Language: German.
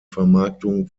vermarktung